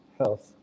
health